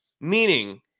Meaning